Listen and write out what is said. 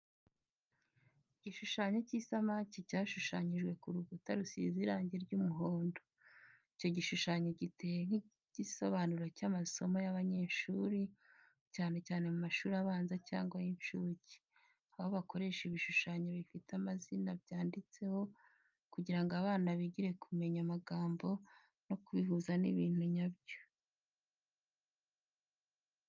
Igishushanyo cy’isamaki cyashushanyijwe ku rukuta rusize irangi ry’umuhondo. Icyo gishushanyo giteye nk’igisobanuro cy’amasomo y’abanyeshuri, cyane cyane mu mashuri abanza cyangwa y’incuke, aho bakoresha ibishushanyo bifite amazina byanditseho kugira ngo abana bigire kumenya amagambo no kubihuza n’ibintu nyabyo.